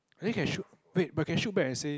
eh can shoot but can shoot back and say